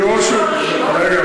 כל כך מגוונת.